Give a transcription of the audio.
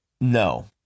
No